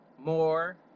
more